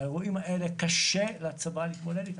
האירועים האלה קשה לצבא להתמודד איתם,